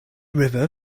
river